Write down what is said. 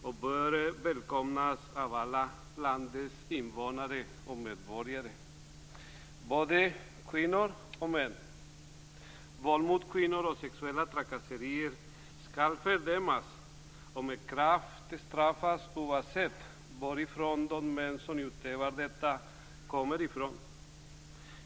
De bör välkomnas av alla landets invånare och medborgare, både kvinnor och män. Våld mot kvinnor och sexuella trakasserier skall fördömas och med kraft straffas oavsett var de män som utövar detta kommer från.